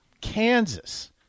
Kansas